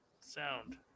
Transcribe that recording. sound